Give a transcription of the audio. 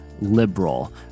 liberal